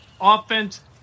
Offense